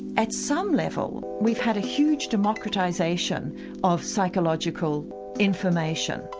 at some level we've had a huge democratisation of psychological information,